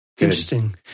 Interesting